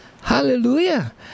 Hallelujah